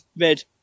red